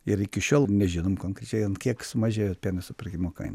ir iki šiol nežinom konkrečiai ant kiek sumažėjo pieno supirkimo kaina